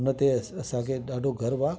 हुन ते असांखे ॾाढो गर्व आहे